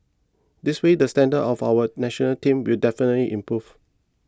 this way the standard of our National Team will definitely improve